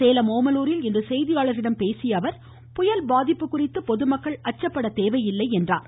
சேலம் ஓமலுாரில் இன்று செய்தியாளர்களிடம் பேசிய அவர் எனவே புயல் பாதிப்பு குறித்து பொதுமக்கள் அச்சப்பட தேவையில்லை என்றார்